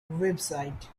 website